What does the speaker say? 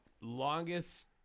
longest